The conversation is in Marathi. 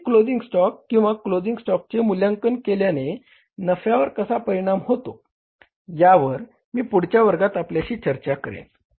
आणि क्लोजिंग स्टॉकमूळे किंवा क्लोजिंग स्टॉकचे मूल्यांकन केल्याने नफ्यावर कसा परिणाम होतो यावर पुढच्या वर्गात मी आपल्याशी चर्चा करेन